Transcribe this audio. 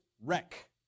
wreck